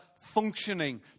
functioning